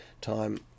time